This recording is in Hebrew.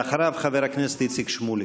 אחריו, חבר הכנסת איציק שמולי.